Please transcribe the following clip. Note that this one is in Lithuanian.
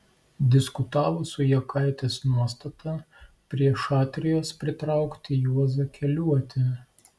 diskutavo su jakaitės nuostata prie šatrijos pritraukti juozą keliuotį